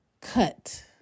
cut